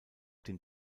den